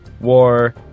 war